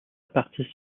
partie